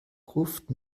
gruft